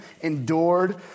endured